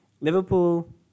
Liverpool